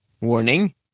warning